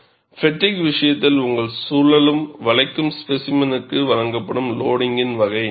R 1 என்பது fatigue விஷயத்தில் உங்கள் சுழலும் வளைக்கும் ஸ்பெசிமெனுக்கு வழங்கப்படும் லோடிங்கின் வகை